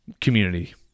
community